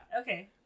okay